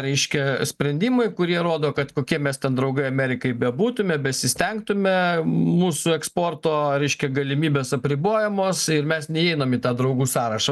reiškia sprendimai kurie rodo kad kokie mes ten draugai amerikai bebūtumėme besistengtume mūsų eksporto reiškia galimybės apribojamos ir mes neįeinam į tą draugų sąrašą